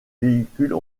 véhicules